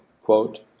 Quote